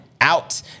Out